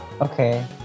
Okay